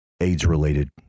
AIDS-related